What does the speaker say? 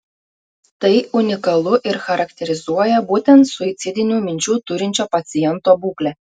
tai unikalu ir charakterizuoja būtent suicidinių minčių turinčio paciento būklę